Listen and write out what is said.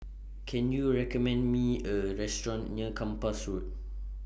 Can YOU recommend Me A Restaurant near Kempas Road